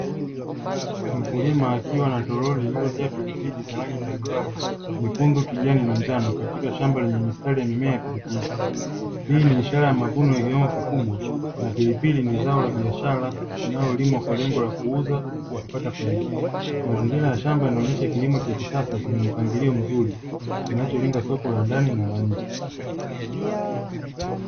Mkulima akiwa na toroli liliojaa pilipili za rangi mbalimbali: nyekundu, kijani na njano, katika shamba lenye mistari ya mimea ya pilipili. Hii ni ishara ya mavuno ya kiwango kikubwa, na pilipili ni zao la biashara linalolimwa kwa lengo la kuuza kwa kupata faida. Mazingira ya shamba yanaonyesha kilimo cha kisasa chenye mpangilio mzuri, kinacholenga soko la ndani na la nje.